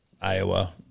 Iowa